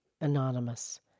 Anonymous